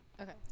Okay